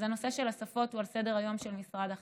אז הנושא של השפות הוא על סדר-היום של משרד החינוך.